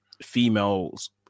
females